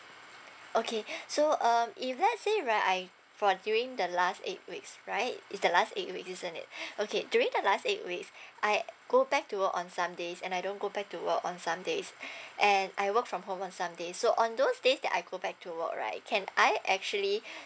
okay so um if lets say right I for during the last eight weeks right it's the last eight weeks isn't it okay during the last eight weeks I go back to work on some days and I don't go back to work on some days and I work from home on some day so on those days that I go back to work right can I actually